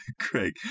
Craig